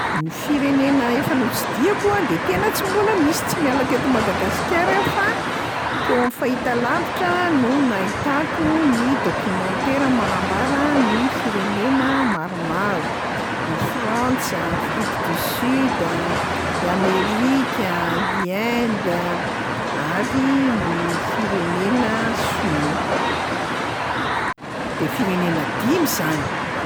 Ny firenena efa notsidihiko a de tena tsy mbola misy, tsy niala teto Madagasikara aho fa teo am'fahitalavitra no nahitako ny documentaira manambara ny firenena maromaro: i Frantsa, Afrique du Sud a, i Amerika, i Inde, ary ny firenena sinoa, de firenena dimy zany.